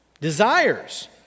desires